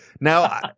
Now